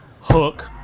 hook